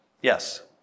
Yes